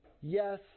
yes